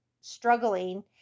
struggling